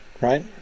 right